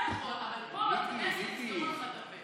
גם אתה יכול, אבל פה בכנסת יסגרו לך את הפה.